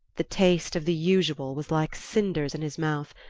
the taste of the usual was like cinders in his mouth,